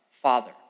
Father